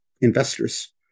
investors